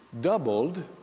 doubled